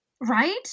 right